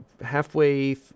halfway